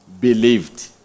believed